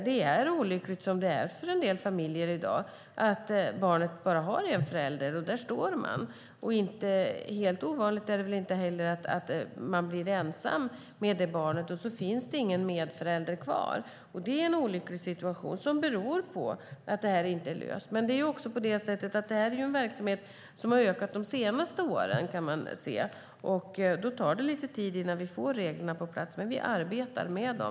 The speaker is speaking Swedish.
Det är olyckligt som det är för en del familjer i dag att barnet bara har en förälder, och där står man. Inte helt ovanligt är det heller att man blir ensam med barnet och så finns det ingen medförälder kvar. Det är en olycklig situation som beror på att det här inte är löst. Det här är en verksamhet som har ökat de senaste åren, kan man se. Det tar lite tid innan vi får reglerna på plats, men vi arbetar med dem.